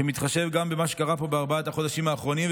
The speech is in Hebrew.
שמתחשב גם במה שקרה פה בארבעת החודשים האחרונים,